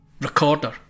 Recorder